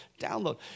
download